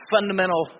fundamental